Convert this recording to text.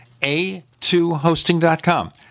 a2hosting.com